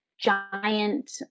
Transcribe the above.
giant